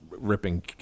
ripping